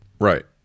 Right